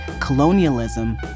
colonialism